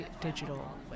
digital